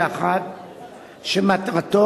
לצערנו,